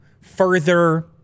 further